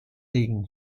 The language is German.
liegen